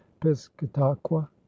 piscataqua